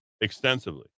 extensively